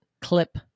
clip